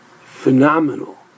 phenomenal